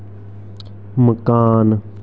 मकान